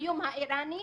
האיום האיראני,